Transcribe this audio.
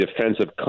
defensive